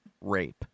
rape